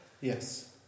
Yes